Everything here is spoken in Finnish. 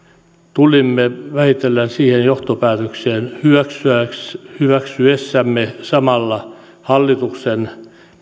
tulimme vähitellen siihen johtopäätökseen hyväksyessämme hyväksyessämme samalla hallituksen